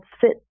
sit